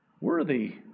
Worthy